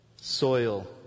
Soil